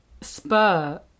spur